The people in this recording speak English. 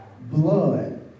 Blood